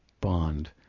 bond